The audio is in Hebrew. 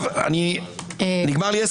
נתתי 11